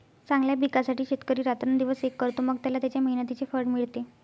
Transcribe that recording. चांगल्या पिकासाठी शेतकरी रात्रंदिवस एक करतो, मग त्याला त्याच्या मेहनतीचे फळ मिळते